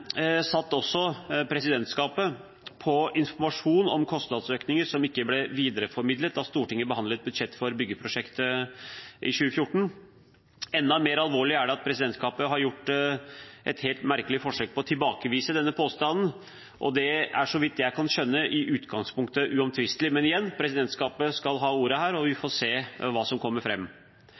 satt også presidentskapet på informasjon om kostnadsøkninger som ikke ble videreformidlet da Stortinget behandlet budsjettet for byggeprosjektet i 2014. Enda mer alvorlig er det at presidentskapet har gjort et helt merkelig forsøk på å tilbakevise denne påstanden. Det er, så vidt jeg kan skjønne, i utgangspunktet uomtvistelig. Men igjen: Presidentskapet skal ha ordet her, og vi får se hva som kommer